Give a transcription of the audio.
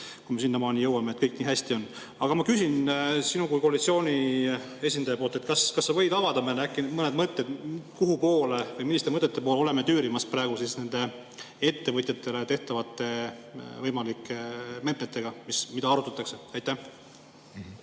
kui me sinnamaani jõuame, et kõik nii hästi on. Aga ma küsin sinu kui koalitsiooni esindaja käest. Kas sa võid avada meile mõned mõtted, kuhupoole või milliste mõtete poole me oleme tüürimas ettevõtjatele tehtavate võimalike meetmetega, mida arutatakse? Aitäh!